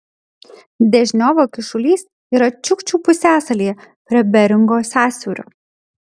dežniovo kyšulys yra čiukčių pusiasalyje prie beringo sąsiaurio